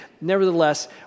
nevertheless